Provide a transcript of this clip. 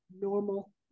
normal